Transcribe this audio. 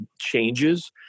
changes